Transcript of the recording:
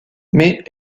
mais